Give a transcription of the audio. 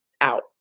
out